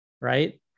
right